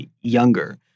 younger